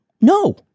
No